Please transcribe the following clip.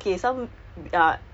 tak jadi